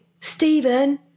Stephen